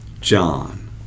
John